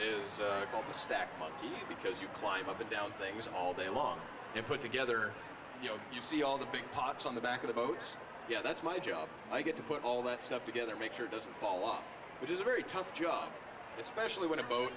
called the stack months because you climb up and down things all day long and put together you know you see all the big pots on the back of the boat yeah that's my job i get to put all that stuff together make sure doesn't fall off which is a very tough job especially when a boat